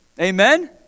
amen